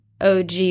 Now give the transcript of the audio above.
OG